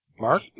Mark